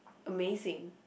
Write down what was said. amazing